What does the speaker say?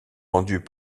rendues